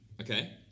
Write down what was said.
Okay